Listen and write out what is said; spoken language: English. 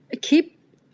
keep